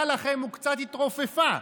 או השליטה שהייתה לכם קצת התרופפה,